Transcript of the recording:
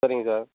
சரிங்க சார்